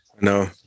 No